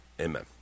amen